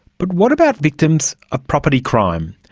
but what about victims of property crime?